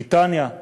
בריטניה.